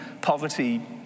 poverty